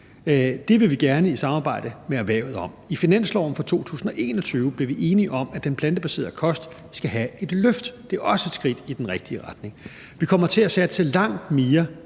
Det vil vi gerne samarbejde med erhvervet om. I finansloven for 2021 blev vi enige om, at den plantebaserede kost skal have et løft. Det er også et skridt i den rigtige retning. Vi kommer til at satse langt mere